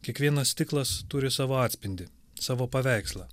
kiekvienas stiklas turi savo atspindį savo paveikslą